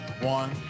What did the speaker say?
one